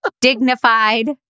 dignified